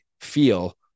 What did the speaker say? feel